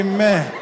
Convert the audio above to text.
Amen